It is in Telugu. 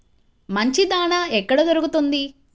మంచి దాణా ఎక్కడ దొరుకుతుంది?